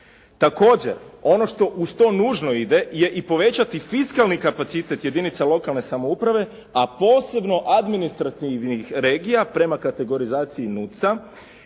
Također, ono što uz to nužno ide je i povećati fiskalni kapacitet jedinica lokalne samouprave, a posebno administrativnih regija prema kategorizaciji NUC-a.